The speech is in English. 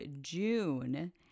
June